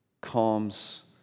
calms